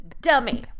dummy